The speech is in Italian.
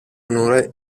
onore